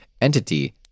Entity